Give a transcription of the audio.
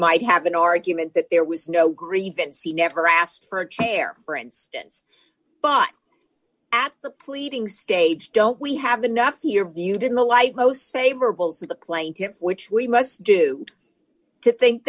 might have an argument that there was no grievance he never asked for a chair for instance but at the pleading stage don't we have enough here viewed in the light most favorable for the plaintiffs which we must do to think